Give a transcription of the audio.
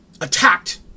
attacked